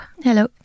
Hello